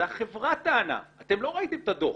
זה החברה טענה, אתם לא ראיתם את הדוח.